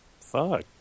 Fuck